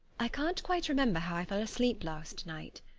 i can't quite remember how i fell asleep last night.